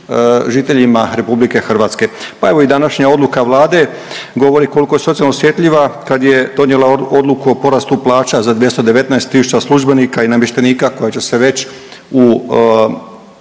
žiteljima RH, pa evo i današnja odluka Vlade govori koliko je socijalno osjetljiva kad je donijela odluku o porastu plaća za 219 tisuća službenika i namještenika koja će se već u